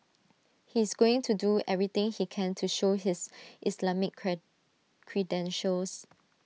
he is going to do everything he can to show his Islamic credentials